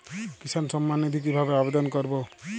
কিষান সম্মাননিধি কিভাবে আবেদন করব?